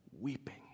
weeping